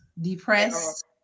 depressed